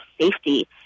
safety